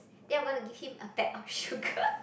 then I'm gonna give him a pack of sugar